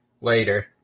later